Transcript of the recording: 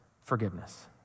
forgiveness